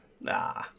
Nah